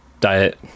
diet